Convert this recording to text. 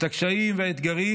את הקשיים והאתגרים,